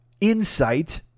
insight